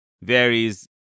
varies